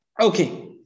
Okay